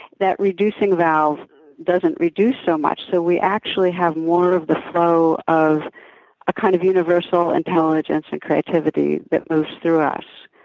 that reducing valve doesn't reduce so much. so we actually have more of the flow of a kind of universal intelligence of and creativity that moves through us.